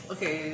Okay